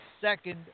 second